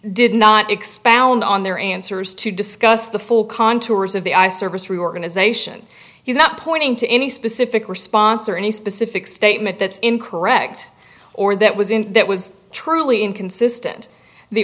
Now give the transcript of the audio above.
did not expand on their answers to discuss the full contours of the ice service reorganisation he's not pointing to any specific response or any specific statement that's incorrect or that was in that was truly inconsistent the